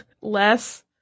less